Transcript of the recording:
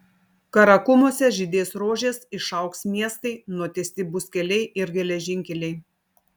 karakumuose žydės rožės išaugs miestai nutiesti bus keliai ir geležinkeliai